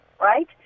Right